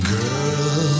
Girl